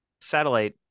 satellite